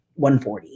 140